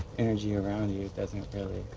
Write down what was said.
energy around you it doesn't really.